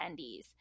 attendees